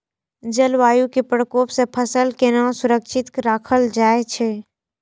जलवायु के प्रकोप से फसल के केना सुरक्षित राखल जाय छै?